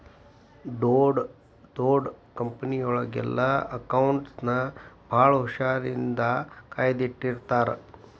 ಡೊಡ್ ದೊಡ್ ಕಂಪನಿಯೊಳಗೆಲ್ಲಾ ಅಕೌಂಟ್ಸ್ ನ ಭಾಳ್ ಹುಶಾರಿನ್ದಾ ಕಾದಿಟ್ಟಿರ್ತಾರ